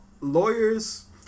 lawyers